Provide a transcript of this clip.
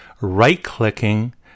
right-clicking